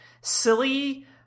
silly